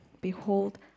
Behold